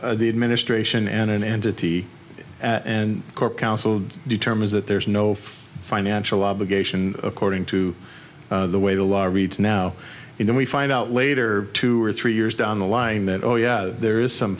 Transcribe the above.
by the administration and an entity and corp council determines that there is no financial obligation according to the way the law reads now and then we find out later two or three years down the line that oh yeah there is some